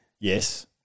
Yes